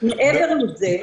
מעבר לזה,